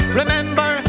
remember